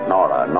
Nora